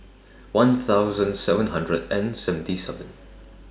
one thousand seven hundred and seventy seven